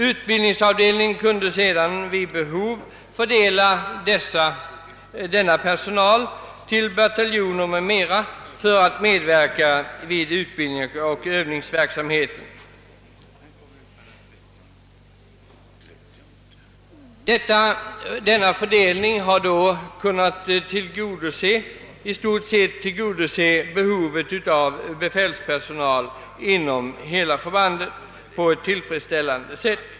Utbildningsavdelningen kunde sedan efter behov fördela denna personal till bataljoner m.m. för medverkan vid utbildningsoch övningsverksamhet. På så sätt har behovet av befälspersonal inom förbanden i stort kunnat tillgodoses på ett tillfredsställande sätt.